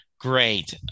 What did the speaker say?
Great